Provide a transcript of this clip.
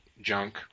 junk